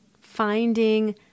finding